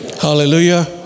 Hallelujah